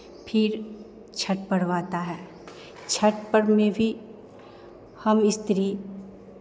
फिर छठ पर्व आता है छठ पर्व में भी हम स्त्री